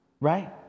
right